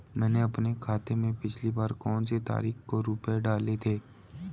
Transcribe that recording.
मैंने अपने खाते में पिछली बार कौनसी तारीख को रुपये डाले थे?